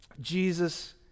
Jesus